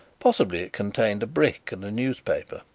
possibly it contains a brick and a newspaper.